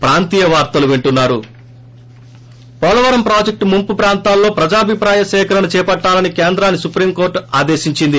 break Polavaram project ముంపు ప్రాంతాల్లో ప్రజాభిప్రాయ సేకరణ చేపట్టాలని కేంద్రాన్ని సుప్రీం కోర్టు ఆదేశించింది